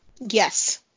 Yes